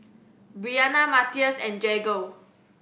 Bryanna Mathias and Jagger